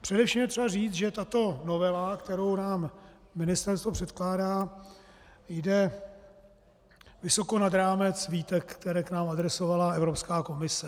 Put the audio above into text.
Především je třeba říct, že tato novela, kterou nám ministerstvo předkládá, jde vysoko nad rámec výtek, které nám adresovala Evropská komise.